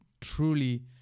truly